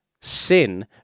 sin